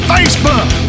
Facebook